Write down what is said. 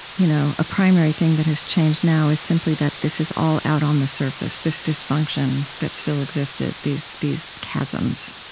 you know a primary thing that has changed now is simply that this is all out on the surface this dysfunction that still existed, these these chasms?